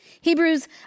Hebrews